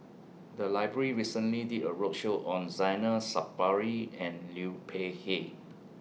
The Library recently did A roadshow on Zainal Sapari and Liu Peihe